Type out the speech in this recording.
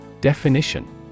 Definition